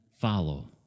follow